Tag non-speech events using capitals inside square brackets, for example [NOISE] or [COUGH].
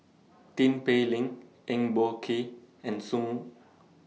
Tin Pei Ling Eng Boh Kee and Song [NOISE]